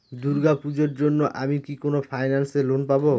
দূর্গা পূজোর জন্য আমি কি কোন ফাইন্যান্স এ লোন পাবো?